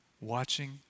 watching